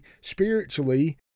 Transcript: spiritually